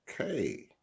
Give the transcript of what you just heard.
okay